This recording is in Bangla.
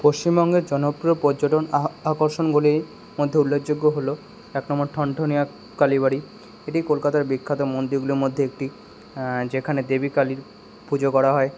পশ্চিমবঙ্গের জনপ্রিয় পর্যটন আকর্ষণগুলির মধ্যে উল্লেখযোগ্য হলো এক নম্বর ঠনঠনিয়া কালী বাড়ি এটি কলকাতার বিখ্যাত মন্দিরগুলির মধ্যে একটি যেখানে দেবী কালীর পুজো করা হয়